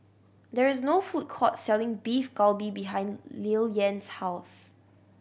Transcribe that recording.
there is no food court selling Beef Galbi behind Lilyan's house